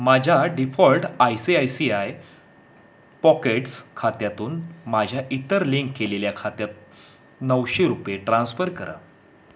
माझ्या default I C I C I pockets खात्यातून माझ्या इतर लिंक केलेल्या खात्यात नऊशे रुपये ट्रान्स्फर करा